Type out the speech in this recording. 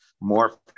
more